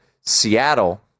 Seattle